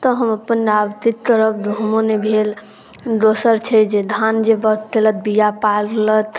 तऽ हम अपन आब कि करब गहूमो नहि भेल दोसर छै जे धान जे बाउग केलक बिआ पारलथि